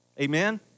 amen